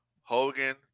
Hogan